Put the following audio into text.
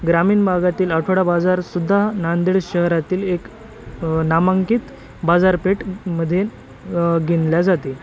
ग्रामीण भागातील आठवडा बाजारसुद्धा नांदेड शहरातील एक नामांकित बाजारपेठमधील गिनल्या जाते